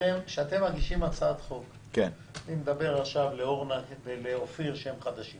אני אומר עכשיו לאורנה ולאופיר שהם חדשים